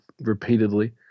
repeatedly